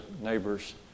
neighbor's